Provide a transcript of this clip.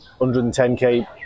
110k